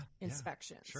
inspections